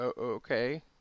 okay